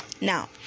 now